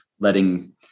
letting